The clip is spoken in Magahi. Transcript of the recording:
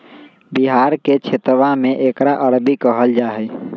बिहार के क्षेत्रवा में एकरा अरबी कहल जाहई